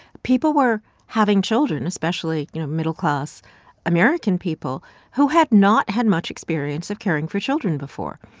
people were having children especially, you know, middle-class american people who had not had much experience of caring for children before.